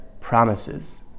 promises